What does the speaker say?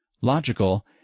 logical